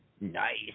Nice